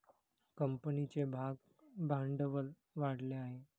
कंपनीचे भागभांडवल वाढले आहे